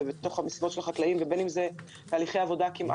החקלאים והשקעות בתהליכי עבודה שונים.